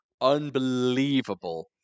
unbelievable